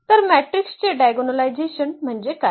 तर मॅट्रिक्सचे डायगोनलायझेशन म्हणजे काय